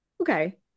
okay